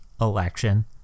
election